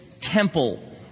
temple